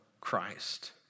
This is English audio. Christ